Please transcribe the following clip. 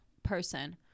person